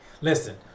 Listen